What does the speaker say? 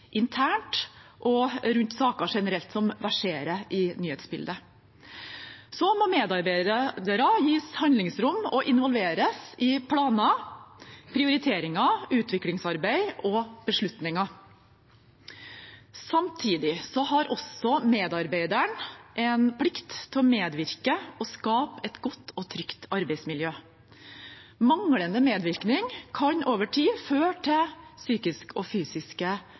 internt og rundt saker generelt som verserer i nyhetsbildet. Så må medarbeidere gis handlingsrom og involveres i planer, prioriteringer, utviklingsarbeid og beslutninger. Samtidig har også medarbeiderne en plikt til å medvirke til å skape et godt og trygt arbeidsmiljø. Manglende medvirkning kan over tid føre til psykiske og fysiske